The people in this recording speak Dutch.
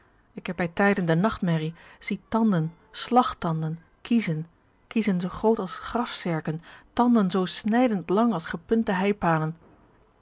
ik heb bij tijden de nachtmerrie zie tanden slagtanden kiezen kiezen zoo groot als grafzerken tanden zoo snijdendlang als gepunte